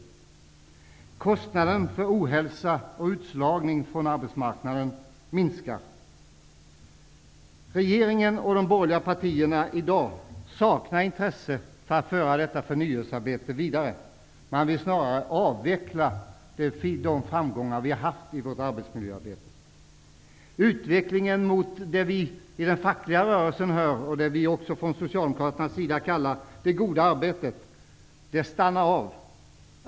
Och kostnaden för ohälsa och utslagning från arbetsmarknaden minskar. Regeringen och de borgerliga partierna saknar i dag intresse för att föra detta förnyelsearbete vidare. De vill snarare avveckla de framgångar som vi har haft i vårt arbetsmiljöarbete. Utvecklingen mot det som vi i den fackliga rörelsen och även Socialdemokraterna kallar det goda arbetet stannar av.